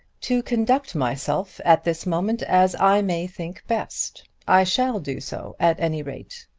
to conduct myself at this moment as i may think best. i shall do so at any rate.